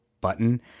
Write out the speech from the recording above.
button